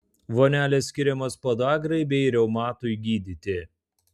vonelės skiriamos podagrai bei reumatui gydyti